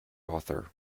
author